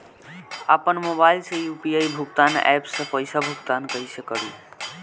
आपन मोबाइल से यू.पी.आई भुगतान ऐपसे पईसा भुगतान कइसे करि?